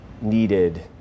needed